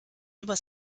über